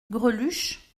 greluche